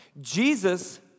Jesus